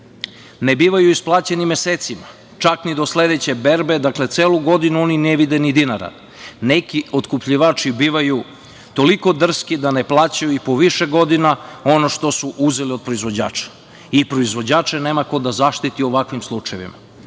Ne bivaju isplaćeni mesecima, čak ni do sledeće berbe. Dakle, celu godinu oni ne vide ni dinara. Neki otkupljivači bivaju toliko drski da ne plaćaju i po više godina ono što su uzeli od proizvođača. Proizvođače nema kod da zaštiti u ovakvim slučajevima. Ovim